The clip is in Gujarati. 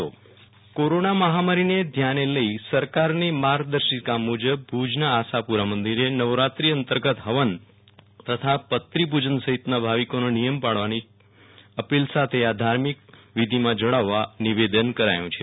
વિરલ રાણા નવરાત્રી આઠમ હવન વિધિ કોરોના મહામારી ને ધ્યાને લઇ સરકારની માર્ગદર્શિકા મુજબ ભુજના આશાપુરા મંદિરે નવરાત્રી અંતર્ગત હવન તથા પત્રી પૂજન સહિતના ભાવિકોને નીયમો પાળવાની અપીલ સાથે આ ધાર્મિક વિઘિમાં જોડાવા નિવેદન કરાયું છે